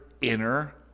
inner